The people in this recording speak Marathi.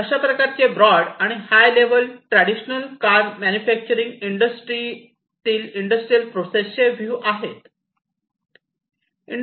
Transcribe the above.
अशाप्रकारे ब्रॉड आणि high level traditional car manufacturing इंडस्ट्रीतील इंडस्ट्रियल प्रोसेस चे व्ह्यू आहेत